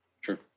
sure